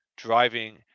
driving